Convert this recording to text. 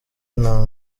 nta